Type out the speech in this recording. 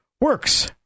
works